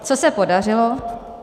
Co se podařilo